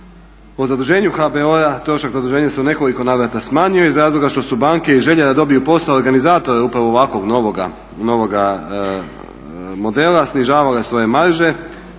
o zaduženju HBOR-a, trošak zaduženja se u nekoliko navrata smanjuje iz razloga što su banke i želja da dobiju posao organizatora upravo ovakvog novoga modela snižavale svoje marže